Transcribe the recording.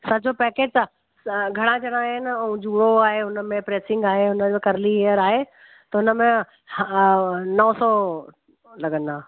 सॼो पैकेज त घणा ॼणा आहिनि ऐं जो हुओ आहे हुन में प्रेसिंग आहे हुन में कर्ली हेयर आहे त हुन में हा नौ सौ लॻंदा